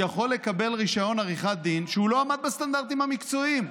יכול לקבל רישיון לעריכת דין כשהוא לא עמד בסטנדרטים המקצועיים.